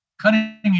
cutting